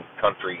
country